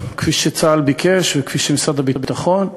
כפי שצה"ל ומשרד הביטחון ביקשו,